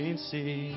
see